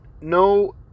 no